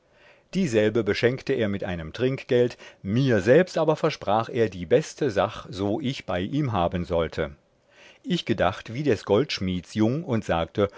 dieselbe beschenkte er mit einem trinkgelt mir selbst aber versprach er die beste sach so ich bei ihm haben sollte ich gedacht wie des goldschmieds jung und sagte